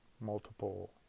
multiple